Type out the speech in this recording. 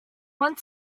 want